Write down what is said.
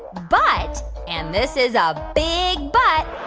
but and this is a big but.